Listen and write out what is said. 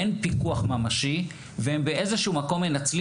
אין פיקוח ממשי ובאיזשהו מקום הם מנצלים